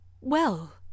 Well